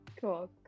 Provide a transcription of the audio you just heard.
Cool